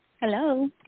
Hello